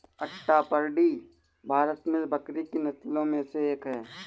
अट्टापडी भारत में बकरी की नस्लों में से एक है